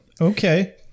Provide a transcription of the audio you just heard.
Okay